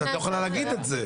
אז את לא יכולה להגיד את זה.